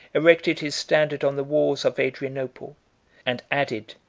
erected his standard on the walls of adrianople and added,